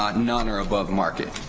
um none are above market,